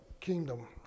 kingdom